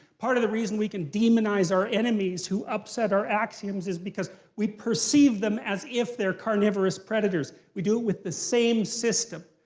part of the reason we can demonize our enemies who upset our axioms is because we perceive them as if they're carnivorous predators. we do it with the same system.